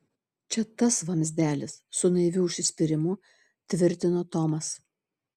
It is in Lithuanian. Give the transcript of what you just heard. čia tas vamzdelis su naiviu užsispyrimu tvirtino tomas